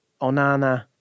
Onana